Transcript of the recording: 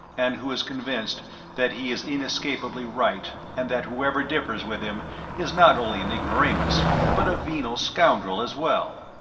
and who is convinced that he is inescapably right and that whoever differs with him is not only an ignoramus but a venal scoundrel as well.